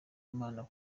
imana